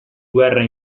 guerra